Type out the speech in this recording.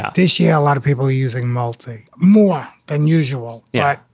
ah this year a lot of people are using multi more than usual. yeah.